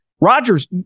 Rodgers